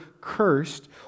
cursed